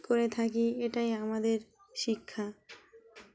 করে থাকি এটাই আমাদের শিক্ষা